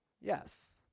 Yes